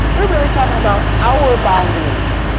we're really talking about our boundaries.